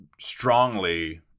strongly